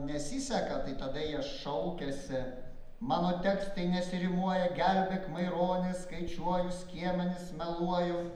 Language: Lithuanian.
nesiseka tai tada jie šaukiasi mano tekstai nesirimuoja gelbėk maironi skaičiuoju skiemenis meluoju